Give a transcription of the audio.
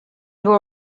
were